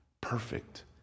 perfect